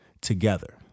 together